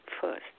first